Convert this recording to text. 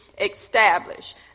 establish